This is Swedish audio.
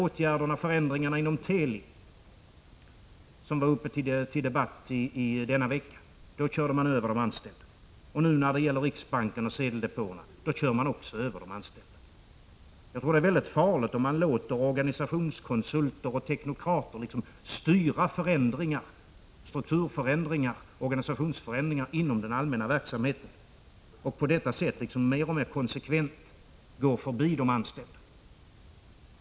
Vid förändringarna inom Teli, som var uppe till debatt förra veckan, kördes de anställda över. Och nu i fråga om riksbanken och sedeldepåerna körs också de anställda över. Jag tror att det är mycket farligt om man låter organisationskonsulter och teknokrater styra strukturoch organisationsförändringar inom den allmänna verksamheten och på detta sätt mer och mer konsekvent gå förbi de anställda.